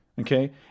Okay